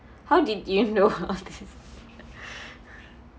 how did you know all this